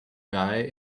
guy